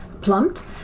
plumped